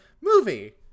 movie